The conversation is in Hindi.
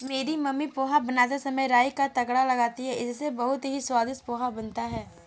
मेरी मम्मी पोहा बनाते समय राई का तड़का लगाती हैं इससे बहुत ही स्वादिष्ट पोहा बनता है